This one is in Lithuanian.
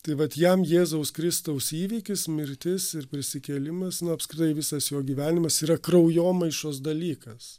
tai vat jam jėzaus kristaus įvykis mirtis ir prisikėlimas apskritai visas jo gyvenimas yra kraujomaišos dalykas